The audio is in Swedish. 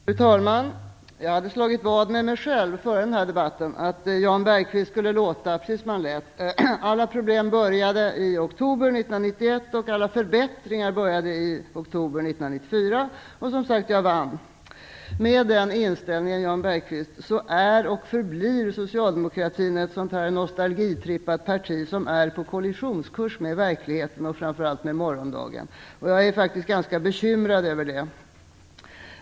Fru talman! Jag hade slagit vad med mig själv om att Jan Bergqvist skulle låta precis som han lät, dvs. att alla problem började i oktober 1991 och alla förbättringar började i oktober 1994. Jag vann vadet. Med den inställningen, Jan Bergqvist, är och förblir socialdemokraterna ett nostalgitrippat parti som är på kollisionskurs med verkligheten och morgondagen. Jag är bekymrad över det.